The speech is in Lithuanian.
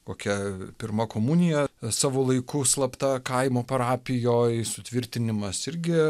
kokia pirma komunija savo laiku slapta kaimo parapijoj sutvirtinimas irgi